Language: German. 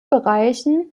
bereichen